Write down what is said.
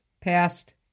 past